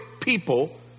people